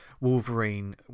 Wolverine